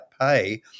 pay